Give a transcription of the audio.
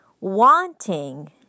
wanting